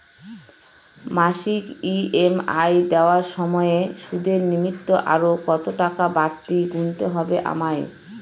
মাসিক ই.এম.আই দেওয়ার সময়ে সুদের নিমিত্ত আরো কতটাকা বাড়তি গুণতে হবে আমায়?